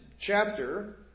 chapter